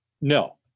No